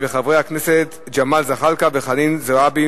וחברי הכנסת ג'מאל זחאלקה וחנין זועבי.